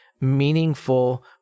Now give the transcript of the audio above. meaningful